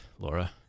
Laura